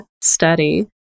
study